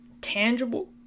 tangible